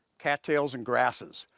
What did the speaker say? cattails and grasses.